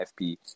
FP